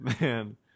Man